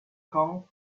camp